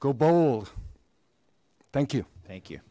go bold thank you thank you